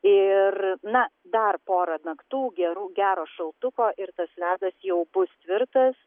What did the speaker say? ir na dar porą naktų gerų gero šaltuko ir tas ledas jau bus tvirtas